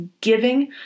giving